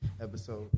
episode